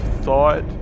thought